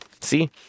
See